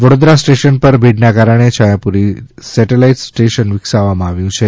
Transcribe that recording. Vadodara station પર ભીડના કારણે છાથાપુરી સેટેલાઇટ સ્ટેશન વિકસાવવામાં આવ્યું છે